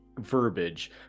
verbiage